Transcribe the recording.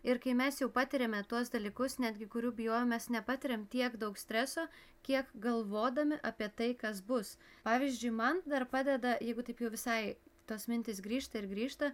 ir kai mes jau patiriame tuos dalykus netgi kurių bijojom mes nepatiriam tiek daug streso kiek galvodami apie tai kas bus pavyzdžiui man dar padeda jeigu taip jau visai tos mintys grįžta ir grįžta